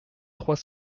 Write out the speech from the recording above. trois